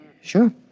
Sure